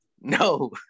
No